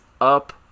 up